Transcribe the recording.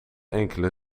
enkele